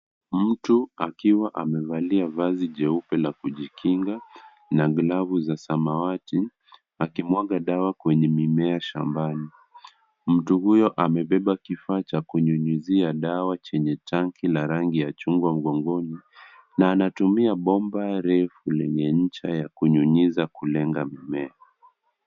Mtu akiwa amevalia vazi jeupe la kujikinga na glavu za samawati, akimwaga dawa kwenye mimea shambani. Mtu huyo amebeba kifaa cha kunyunyizia dawa chenye tanki la rangi ya chungwa mgongoni na anatumia bomba refu lenye ncha ya kunyunyiza kulenga mimea.